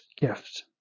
gift